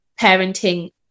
parenting